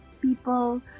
people